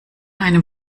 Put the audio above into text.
einem